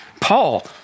Paul